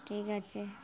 ঠিক আছে